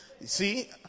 see